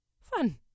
Fun